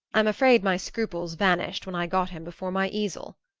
i'm afraid my scruples vanished when i got him before my easel.